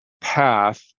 path